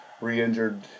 re-injured